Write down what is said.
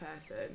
person